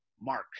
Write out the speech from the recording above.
Mark